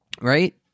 right